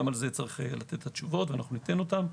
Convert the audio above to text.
גם על זה יש לתת תשובות וניתן אותן.